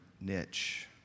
niche